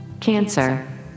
Cancer